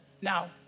Now